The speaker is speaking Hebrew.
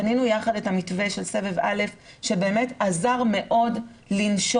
בנינו יחד את המתווה של סבב א' שבאמת עזר מאוד לנשום,